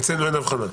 אצלנו אין אבחנה.